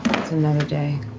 another day.